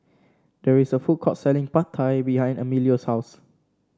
there is a food court selling Pad Thai behind Emilio's house